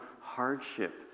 hardship